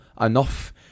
enough